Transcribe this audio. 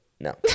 No